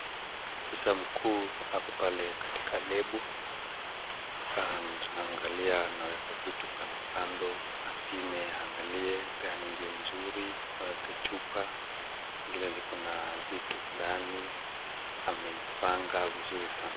Ofisa mkuu ako pale katika lab anaangalia anaweka kitu kando kando apime aangalie gani ndio mzuri aweke kichupa zile ziko na vitu ndani. Amejipanga vizuri sana.